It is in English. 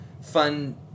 fun